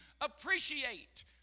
appreciate